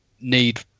need